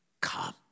come